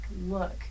look